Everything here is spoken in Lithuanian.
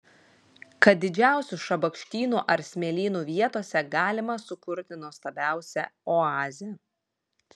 kad didžiausių šabakštynų ar smėlynų vietose galima sukurti nuostabiausią oazę